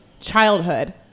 childhood